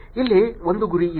ಇಲ್ಲಿ ಒಂದು ಗುರಿ ಇದೆ